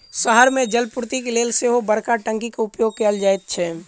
शहर मे जलापूर्तिक लेल सेहो बड़का टंकीक उपयोग कयल जाइत छै